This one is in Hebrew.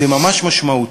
זה ממש משמעותי.